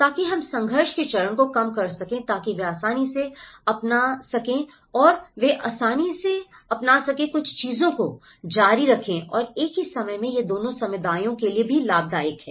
ताकि हम संघर्ष के चरण को कम कर सकें ताकि वे आसानी से अपना सकें और वे आसानी से अपना सकें कुछ चीजों को जारी रखें और एक ही समय में यह दोनों समुदायों के लिए एक लाभ है